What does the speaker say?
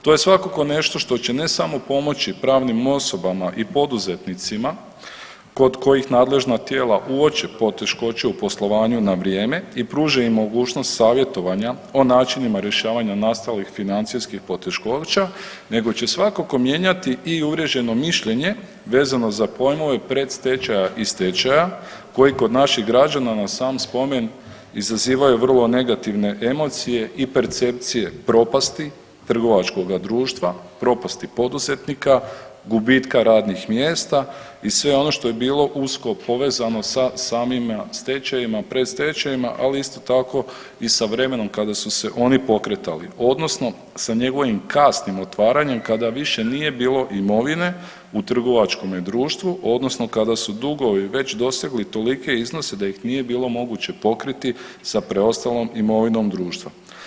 To je svakako nešto što će, ne samo pomoći pravnim osobama i poduzetnicima kod kojih nadležna tijela uoče poteškoće u poslovanju na vrijeme i pruže im mogućnost savjetovanja o načinima rješavanja nastalih financijskih poteškoća, nego će svakako mijenjati i uvriježeno mišljenje vezano za pojmove predstečaja i stečaja koji kod naših građana na sam spomen izazivaju vrlo negativne emocije i percepcije propasti trgovačkoga društva, propasti poduzetnika, gubitka radnih mjesta i sve ono što je bilo usko povezano sa samim stečajevima, predstečajevima, ali isto tako i sa vremenom kada su se oni pokretali, odnosno sa njegovim kasnim otvaranjem, kada više nije bilo imovine u trgovačkome društvu, odnosno kada su dugovi već dosegli tolike iznose da ih nije bilo moguće pokriti sa preostalom imovinom društva.